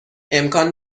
امکان